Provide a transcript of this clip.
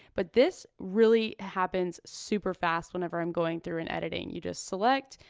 but this really happens super fast whenever i'm going through and editing. you just select,